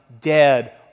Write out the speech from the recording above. dead